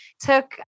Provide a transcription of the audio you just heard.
took